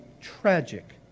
tragic